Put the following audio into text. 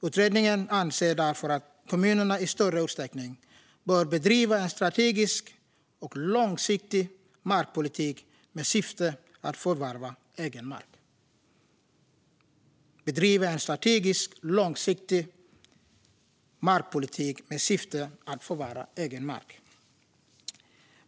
Utredningen anser därför att kommunerna i större utsträckning bör bedriva en strategisk och långsiktig markpolitik med syfte att förvärva egen mark.